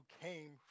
came